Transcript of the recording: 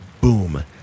boom